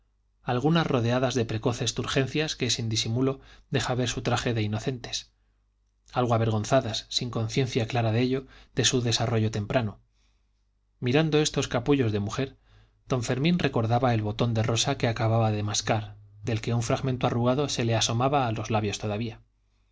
algunas rodeadas de precoces turgencias que sin disimulo deja ver su traje de inocentes algo avergonzadas sin conciencia clara de ello de su desarrollo temprano mirando estos capullos de mujer don fermín recordaba el botón de rosa que acababa de mascar del que un fragmento arrugado se le asomaba a los labios todavía